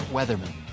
Weatherman